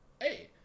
hey